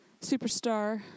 superstar